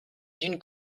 d’une